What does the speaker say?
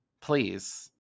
Please